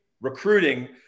recruiting